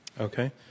Okay